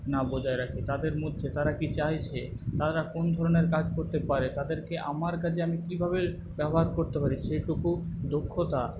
না বজায় রাখি তাদের মধ্যে তারা কি চাইছে তারা কোন ধরণের কাজ করতে পারে তাদেরকে আমার কাজে আমি কীভাবে ব্যবহার করতে পারি সেইটুকু দক্ষতা